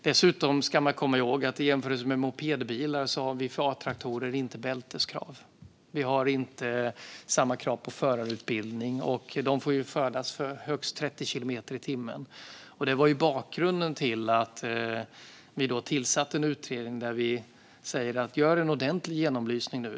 Dessutom ska man komma ihåg att vi för A-traktorer, till skillnad från för mopedbilar, inte har bälteskrav. Vi har heller inte samma krav på förarutbildning. De får ju färdas i högst 30 kilometer i timmen. Detta var bakgrunden till att vi tillsatte en utredning och sa: Gör en ordentlig genomlysning!